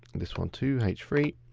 this one too, heading three.